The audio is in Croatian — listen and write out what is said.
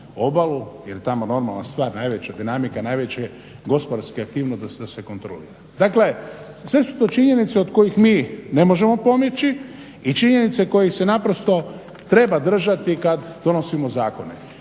obalu jer je tamo normalna stvar najveća dinamika, najveća gospodarska aktivnost da se kontrolira. Dakle, sve su to činjenice od kojih mi ne možemo pobjeći i činjenice kojih se naprosto treba držati kad donosimo zakone.